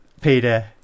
Peter